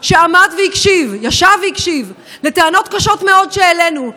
שישב והקשיב לטענות קשות מאוד שהעלינו,